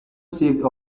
saved